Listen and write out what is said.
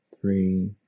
Three